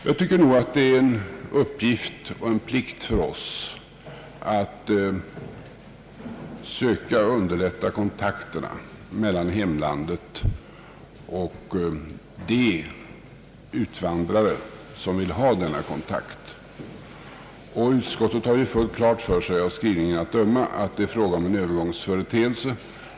Jag tycker att det är en uppgift och en plikt för oss att söka underlätta kontakterna mellan hemlandet och de utvandrare som vill ha denna kontakt. Utskottet har ju fullt klart för sig av skrivningen att döma att det är fråga om en övergångsföreteelse.